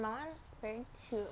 my [one] very cute